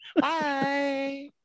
Bye